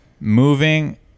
moving